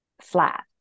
flat